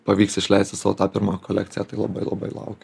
pavyks išleisti sau tą pirmą kolekciją tai labai labai laukia